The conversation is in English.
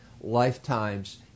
lifetimes